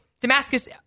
Damascus